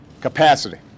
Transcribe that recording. capacity